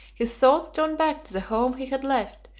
his thoughts turned back to the home he had left,